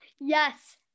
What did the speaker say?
Yes